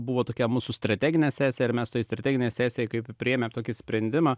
buvo tokia mūsų strateginę sesiją ir mes tai strateginę sesiją kaip priėmė tokį sprendimą